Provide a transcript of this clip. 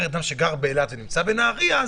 אדם שגר באילת ונמצא בנהרייה,